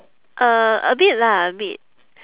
uh a bit lah a bit